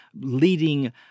leading